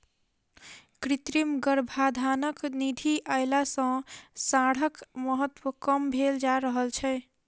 कृत्रिम गर्भाधानक विधि अयला सॅ साँढ़क महत्त्व कम भेल जा रहल छै